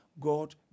God